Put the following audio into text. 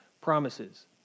promises